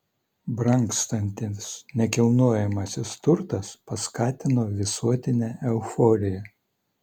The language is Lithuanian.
brangstantis nekilnojamasis turtas paskatino visuotinę euforiją